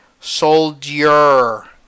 Soldier